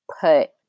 put